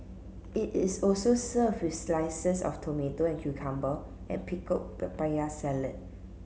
it is also served with slices of tomato and cucumber and pickled papaya salad